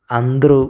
അന്ത്രു